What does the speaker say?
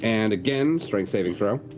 and again strength saving throw.